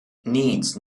needs